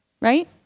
right